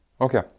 Okay